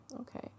Okay